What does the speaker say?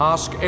Ask